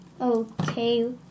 Okay